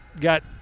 got